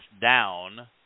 down